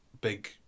big